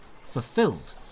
fulfilled